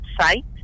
site